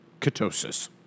Ketosis